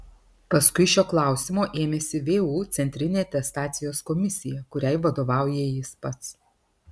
paskui šio klausimo ėmėsi vu centrinė atestacijos komisija kuriai vadovauja jis pats